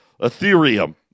Ethereum